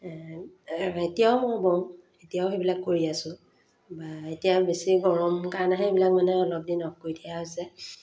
এতিয়াও মই বওঁ এতিয়াও সেইবিলাক কৰি আছো বা এতিয়া বেছি গৰম কাৰণেহে এইবিলাক মানে অলপ দিন অ'ফ কৰি দিয়া হৈছে